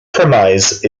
premise